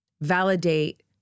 validate